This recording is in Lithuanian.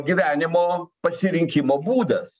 gyvenimo pasirinkimo būdas